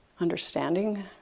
understanding